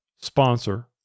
sponsor